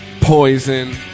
Poison